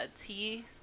tea